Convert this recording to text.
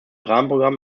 rahmenprogramm